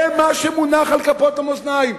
זה מה שמונח על כפות המאזניים.